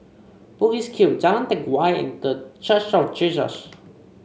Bugis Cube Jalan Teck Whye and The Church of Jesus